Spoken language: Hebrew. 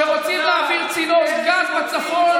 כשרוצים להעביר צינור גז בצפון,